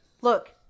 Look